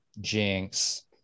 Jinx